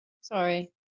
Sorry